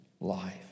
life